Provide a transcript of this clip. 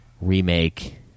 Remake